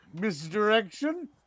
misdirection